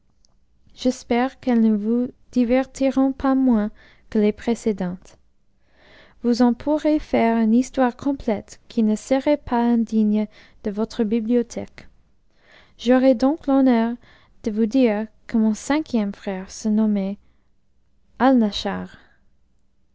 j'espère qu'elles ne vous divertiront pas moins que les précédentes vous en pourrez faire une histoire complète qui ne sera pas indigne de votre bibliothèque j'aurai donc l'honneur de vous dire que mon cinquième frère se nommait